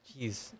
Jeez